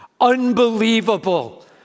unbelievable